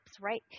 Right